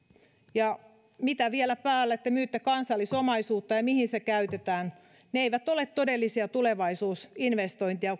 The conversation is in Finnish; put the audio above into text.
ja mitä vielä päälle te myytte kansallisomaisuutta ja ja mihin se käytetään ne eivät ole todellisia tulevaisuusinvestointeja